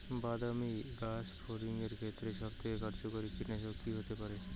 বাদামী গাছফড়িঙের ক্ষেত্রে সবথেকে কার্যকরী কীটনাশক কি হতে পারে?